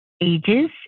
ages